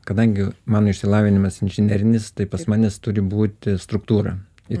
kadangi mano išsilavinimas inžinerinis tai pas manes turi būti struktūra i